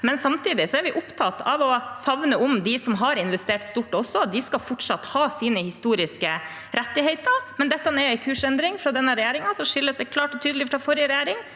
Samtidig er vi opptatt av å favne om dem som har investert stort. De skal fortsatt ha sine historiske rettigheter, men dette er en kursendring fra denne regjeringen, som skiller seg klart og tydelig fra forrige regjering.